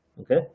Okay